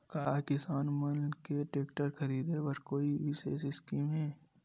का किसान मन के टेक्टर ख़रीदे बर कोई विशेष स्कीम हे?